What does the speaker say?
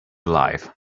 alive